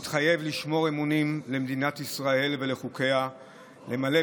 מתחייב לשמור אמונים למדינת ישראל ולחוקיה ולמלא,